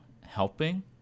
helping